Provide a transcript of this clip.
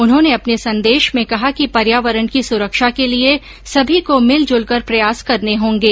उन्होंने अपने संदेश में कहा कि पर्यावरण की सुरक्षा के लिए समी को मिल जुलकर प्रयास करने होगें